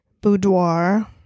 boudoir